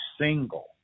single